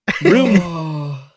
room